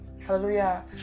Hallelujah